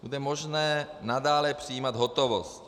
Bude možné nadále přijímat hotovost.